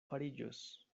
fariĝos